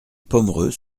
pomereux